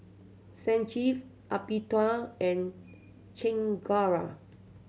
Sanjeev Amitabh and Chengara